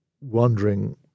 wondering